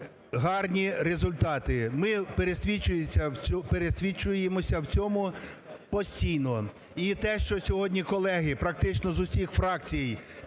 гарні результати. Ми пересвідчуємося в цьому постійно. І те, що сьогодні колеги практично зі всіх фракцій